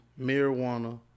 marijuana